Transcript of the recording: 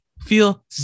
Feel